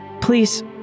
please